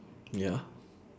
ya